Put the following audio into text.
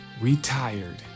retired